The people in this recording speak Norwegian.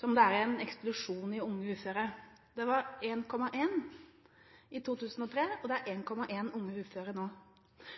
som om det er en eksplosjon i antall unge uføre. Det var 1,1 pst. i 2003, og det er 1,1 pst. unge uføre nå.